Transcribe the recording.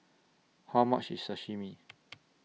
How much IS Sashimi